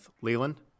Leland